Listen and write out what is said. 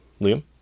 Liam